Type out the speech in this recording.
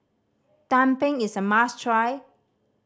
tumpeng is a must try